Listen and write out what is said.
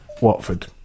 Watford